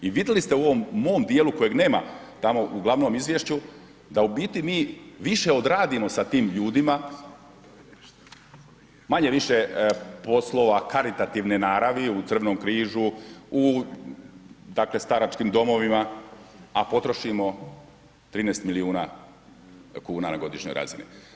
I vidjeli ste u ovom mom djelu kojeg nema tamo u glavnom izvješću, da u biti mi više odradimo sa tim ljudima, manje-više poslova karitativne naravi, u Crvenom križu, u dakle staračkim domovima a potrošimo 13 milijuna kuna na godišnjoj razini.